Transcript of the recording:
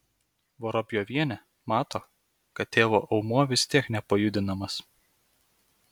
vorobjovienė mato kad tėvo aumuo vis tiek nepajudinamas